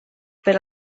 per